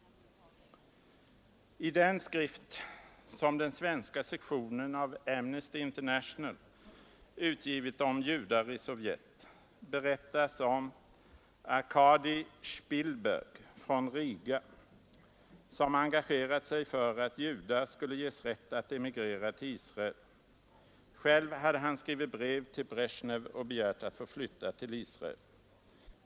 I den skrift som den svenska sektionen av Amnesty International utgivit om ”Judar i Sovjet” berättas om Arkadij Sjpilberg från Riga, som engagerat sig för att judar skulle ges rätt att emigrera till Israel. Själv hade han skrivit brev till Bresjnev och begärt att få flytta till Israel.